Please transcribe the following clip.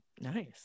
Nice